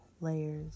layers